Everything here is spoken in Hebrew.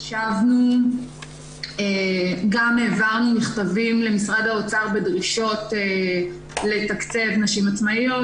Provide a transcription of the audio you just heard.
גם העברנו מכתבים למשרד האוצר בדרישות לתקצב נשים עצמאיות,